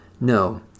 No